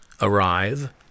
arrive